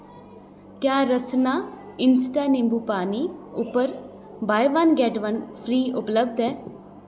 क्या रसना इंस्टा निंबुपानी उप्पर ' buy one get one free' उपलब्ध ऐ